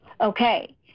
okay